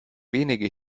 wenige